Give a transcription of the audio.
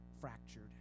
fractured